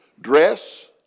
dress